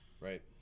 Right